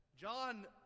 John